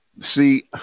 see